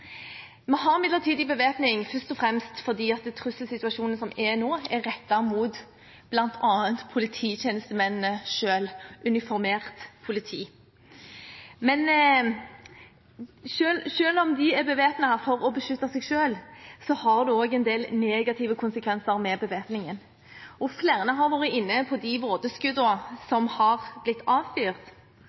Vi har midlertidig bevæpning først og fremst fordi den trusselsituasjonen som er nå, er rettet mot bl.a. polititjenestemenn selv, uniformert politi. Men selv om de er bevæpnet for å beskytte seg selv, følger det en del negative konsekvenser med bevæpningen. Flere har vært inne på de vådeskuddene som har blitt avfyrt,